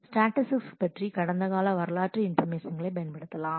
statistics பற்றி கடந்த கால வரலாற்றுத் இன்பரமேஷன்களைi பயன்படுத்தலாம்